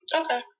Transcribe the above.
Okay